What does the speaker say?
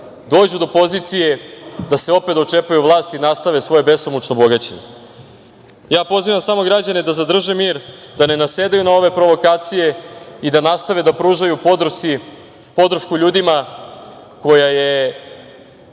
došli do pozicije da se opet dočepaju vlasti i nastave svoje besomučno bogaćenje. Pozivam samo građane da zadrže mir, da ne nasedaju na ove provokacije i da nastave da pružaju podršku ljudima koja je